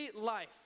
life